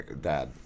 Dad